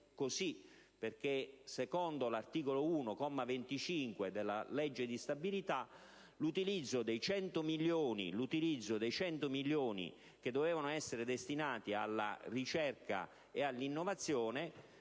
così, perché secondo l'articolo 1, comma 25, della legge di stabilità l'utilizzo dei 100 milioni da destinare alla ricerca e all'innovazione